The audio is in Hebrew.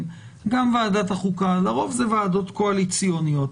וגם ועדת החוקה לרוב הן ועדות קואליציוניות,